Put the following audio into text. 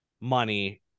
money